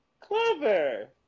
Clever